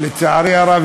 ולצערי הרב,